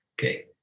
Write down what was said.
Okay